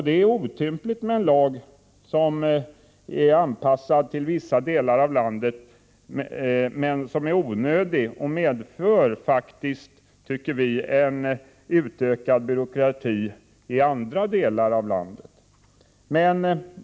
Det är otympligt med en lag som är anpassad till vissa delar av landet men är onödig och faktiskt medför en utökad byråkrati i andra delar.